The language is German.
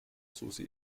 susi